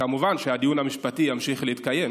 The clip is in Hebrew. מובן שהדיון המשפטי ימשיך להתקיים,